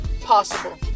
possible